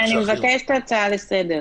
אני מבקשת הצעה לסדר.